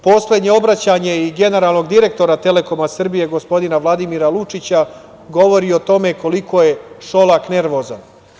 Poslednje obraćanje i generalnog direktora „Telekom Srbije“ gospodina Vladimira Lučića govori o tome koliko je Šolak nervozan.